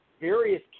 various